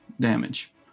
damage